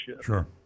Sure